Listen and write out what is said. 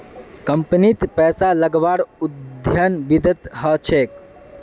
कम्पनीत पैसा लगव्वार अध्ययन वित्तत ह छेक